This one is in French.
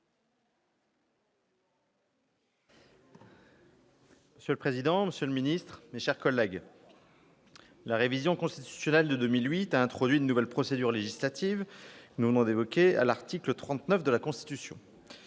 Monsieur le président, monsieur le secrétaire d'État, mes chers collègues, la révision constitutionnelle de 2008 a introduit une nouvelle procédure législative à l'article 39 de la Constitution.